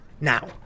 Now